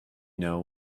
know